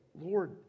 Lord